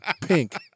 pink